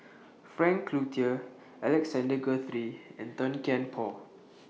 Frank Cloutier Alexander Guthrie and Tan Kian Por